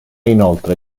inoltre